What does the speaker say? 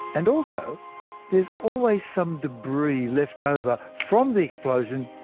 and also there's always some debris left over from the explosion,